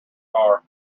car